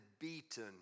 beaten